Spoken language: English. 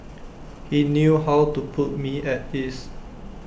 he knew how to put me at ease